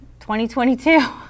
2022